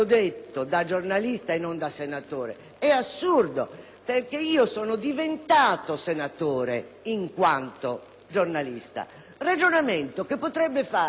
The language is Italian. perché era diventato senatore in quanto giornalista. Questo è un ragionamento che potrebbe fare qualsiasi stimato collega di altre professioni